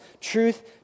truth